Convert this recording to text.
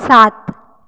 सात